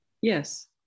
Yes